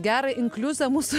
gerą inkliuzą mūsų